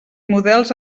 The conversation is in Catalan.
models